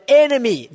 enemy